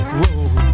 road